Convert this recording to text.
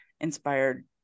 inspired